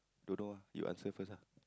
don't know ah you answer first ah